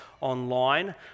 online